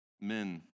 men